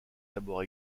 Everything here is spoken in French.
d’abord